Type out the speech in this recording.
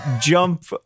jump